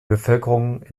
bevölkerung